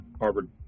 Harvard